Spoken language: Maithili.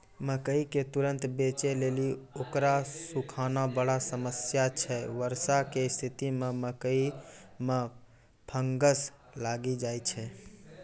मकई के तुरन्त बेचे लेली उकरा सुखाना बड़ा समस्या छैय वर्षा के स्तिथि मे मकई मे फंगस लागि जाय छैय?